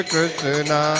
Krishna